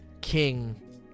King